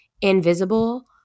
Invisible